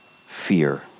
fear